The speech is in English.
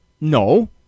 No